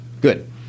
Good